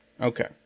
Okay